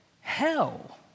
Hell